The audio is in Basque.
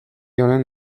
honen